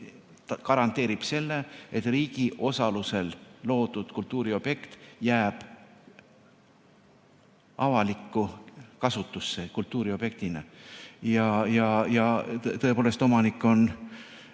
garanteerib selle, et riigi osalusel loodud kultuuriobjekt jääb avalikku kasutusse kultuuriobjektina. Ja tõepoolest, omanik on